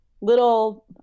little